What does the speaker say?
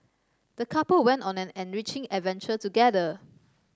the couple went on an enriching adventure together